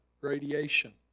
radiation